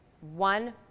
one